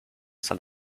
san